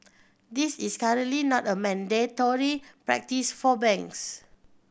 this is currently not a mandatory practice for banks